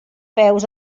peus